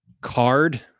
card